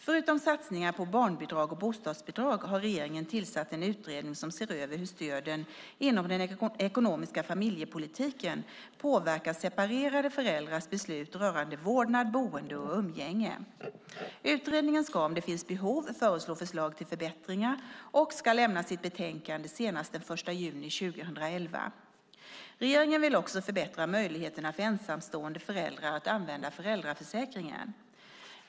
Förutom satsningar på barnbidrag och bostadsbidrag har regeringen tillsatt en utredning som ser över hur stöden inom den ekonomiska familjepolitiken påverkar separerade föräldrars beslut rörande vårdnad, boende och umgänge. Utredningen ska om det finns behov föreslå förslag till förbättringar och ska lämna sitt betänkande senast den 1 juni 2011. Regeringen vill också förbättra möjligheterna för ensamstående föräldrar att använda föräldraförsäkringen.